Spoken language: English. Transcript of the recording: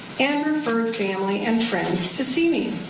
and referred family and friends to see me.